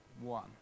one